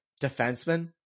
defenseman